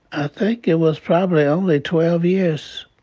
ah think it was probably only twelve years